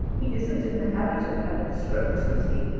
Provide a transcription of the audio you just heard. he isn't in the habit of having strokes, is he?